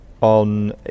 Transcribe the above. on